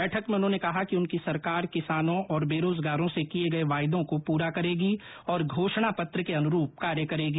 बैठक में उन्होंने कहा कि उनकी सरकार किसानों बेरोजगारों से किए गए वायदों को पूरा करेगी और घोषणा पत्र के अनुरूप कार्य करेगी